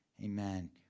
Amen